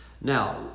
Now